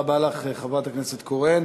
תודה רבה לך, חברת הכנסת קורן.